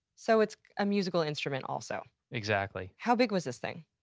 so it's a musical instrument also? exactly. how big was this thing?